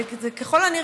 זה, ככל הנראה,